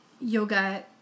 yoga